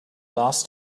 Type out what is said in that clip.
last